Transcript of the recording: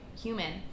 human